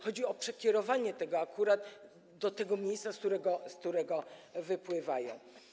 Chodzi o przekierowanie tego akurat do tego miejsca, z którego wypływają.